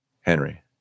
Henry